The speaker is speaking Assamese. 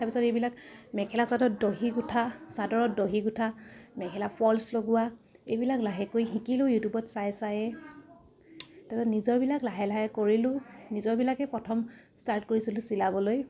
তাৰপিছত এইবিলাক মেখেলা চাদৰত দহি গোঠা চাদৰত দহি গোঠা মেখেলা ফলচ লগোৱা এইবিলাক লাহেকৈ শিকিলোঁ ইউটিউবত চাই চাইয়ে তাৰপিছত নিজৰবিলাক লাহে লাহে কৰিলোঁ নিজৰবিলাকে প্ৰথম ষ্টাৰ্ট কৰিছিলোঁ চিলাবলৈ